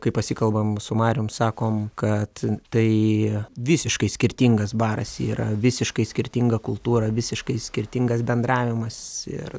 kai pasikalbam su marium sakom kad tai visiškai skirtingas baras yra visiškai skirtinga kultūra visiškai skirtingas bendravimas ir